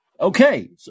Okay